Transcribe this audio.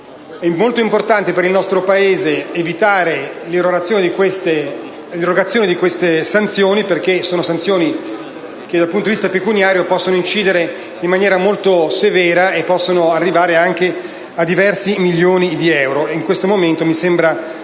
È molto importante per il nostro Paese evitare l'irrogazione di queste sanzioni, che dal punto di vista pecuniario possono incidere in maniera molto severa, perché possono arrivare anche a diversi milioni di euro. Mi sembra